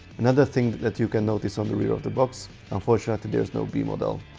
another thing that you can notice on the rear of the box unfortunately there's no b model.